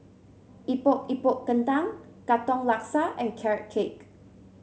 Epok Epok Kentang Katong Laksa and Carrot Cake